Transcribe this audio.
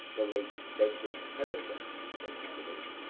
the late benjamin harrison, was a candidate,